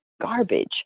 garbage